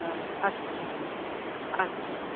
اچھا اچھا